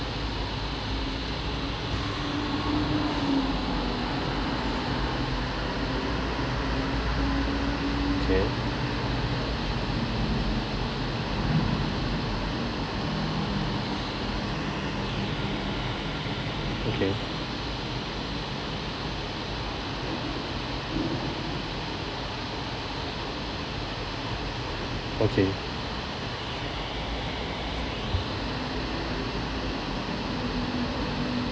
K okay okay